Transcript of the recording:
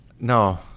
No